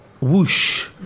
Whoosh